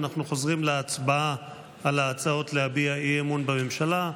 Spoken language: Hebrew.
אנחנו חוזרים להצבעה על ההצעות להביע אי-אמון בממשלה.